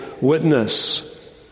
witness